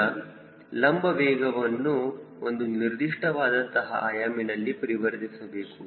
ಈಗ ಲಂಬ ವೇಗವನ್ನು ಒಂದು ನಿರ್ದಿಷ್ಟವಾದಂತಹ ಆಯಾಮನಲ್ಲಿ ಪರಿವರ್ತಿಸಬೇಕು